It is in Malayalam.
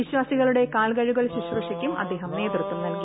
വിശ്വാസികളുടെ കാൽകഴുകൽ ശുശ്രൂഷയ്ക്കും അദ്ദേഹം നേതൃത്വം നടത്തി